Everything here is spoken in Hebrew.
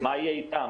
מה יהיה איתם?